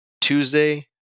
Tuesday